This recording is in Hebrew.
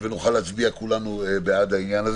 ונוכל להצביע כולנו בעד העניין.